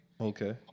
Okay